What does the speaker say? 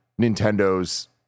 Nintendo's